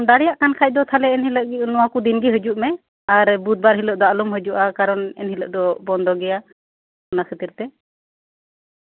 ᱟᱫᱚᱢ ᱫᱟᱲᱮᱭᱟᱜ ᱠᱷᱟᱱ ᱫᱚ ᱮᱱᱦᱤᱞᱳᱜ ᱚᱱᱟ ᱠᱚ ᱫᱤᱱᱜᱮ ᱦᱤᱡᱩᱜ ᱢᱮ ᱟᱨ ᱵᱩᱫᱷ ᱵᱟᱨ ᱦᱤᱞᱳᱜ ᱫᱚ ᱟᱞᱚᱢ ᱦᱤᱡᱩᱜᱼᱟ ᱠᱟᱨᱚᱱ ᱮᱱ ᱦᱤᱞᱳᱜ ᱫᱚ ᱵᱚᱱᱫᱚ ᱜᱮᱭᱟ ᱚᱱᱟ ᱠᱷᱟᱹᱛᱤᱨ ᱛᱮ